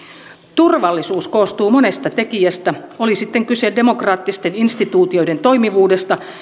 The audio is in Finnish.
turvallisuus koostuu monesta tekijästä oli sitten kyse demokraattisten instituutioiden toimivuudesta